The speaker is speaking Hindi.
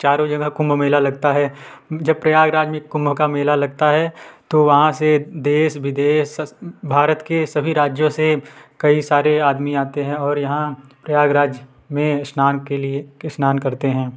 चारो जगह कुम्भ मेला लगता है जब प्रयागराज में कुम्भ का मेला लगता है तो वहाँ से देश विदेश भारत के सभी राज्यों से कई सारे आदमी आते है और यहाँ प्रयागराज में स्नान के लिए के स्नान करते हैं